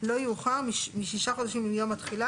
לא יאוחר משישה חודשים מיום התחילה,